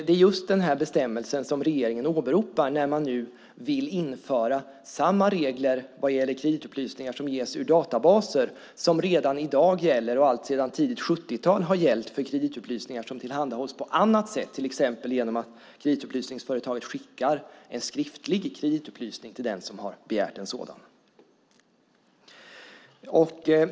Det är just den här bestämmelsen som regeringen åberopar när man nu vill införa samma regler när det gäller kreditupplysningar som ges ur databaser som de regler som redan i dag gäller och som alltsedan tidigt 1970-tal gällt för kreditupplysningar som tillhandahålls på annat sätt, till exempel genom att kreditupplysningsföretaget skickar en skriftlig kreditupplysning till den som begärt en sådan.